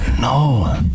no